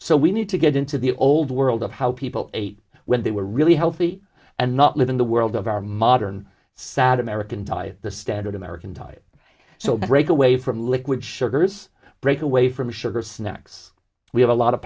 so we need to get into the old world of how people ate when they were really healthy and not live in the world of our modern sad american diet the standard american diet so break away from liquid sugars break away from sugar snacks we have a lot of